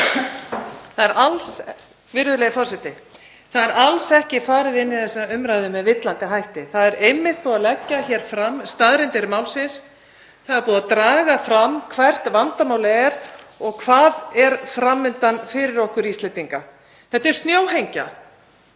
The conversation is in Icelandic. Það er alls ekki farið inn í þessa umræðu með villandi hætti. Það er einmitt búið að leggja hér fram staðreyndir málsins. Það er búið að draga fram hvert vandamálið er og hvað er fram undan fyrir okkur Íslendinga: Þetta er snjóhengja.